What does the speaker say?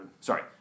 Sorry